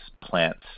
plants